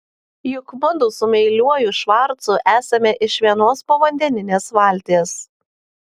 juk mudu su meiliuoju švarcu esame iš vienos povandeninės valties